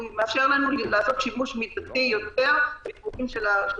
הוא מאפשר לנו לעשות שימוש מידתי יותר בביקורים של השוטרים,